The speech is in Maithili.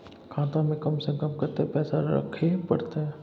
खाता में कम से कम कत्ते पैसा रखे परतै?